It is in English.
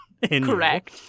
Correct